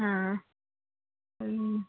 ಹಾಂ ಹ್ಞೂ